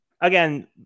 Again